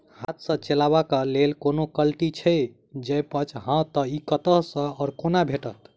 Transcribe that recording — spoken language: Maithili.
हाथ सऽ चलेबाक लेल कोनों कल्टी छै, जौंपच हाँ तऽ, इ कतह सऽ आ कोना भेटत?